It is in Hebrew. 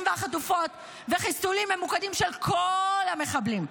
והחטופות וחיסולים ממוקדים של כל המחבלים.